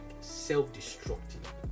self-destructive